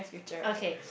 okay